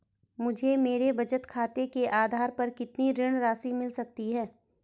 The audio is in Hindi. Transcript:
मुझे मेरे बचत खाते के आधार पर कितनी ऋण राशि मिल सकती है?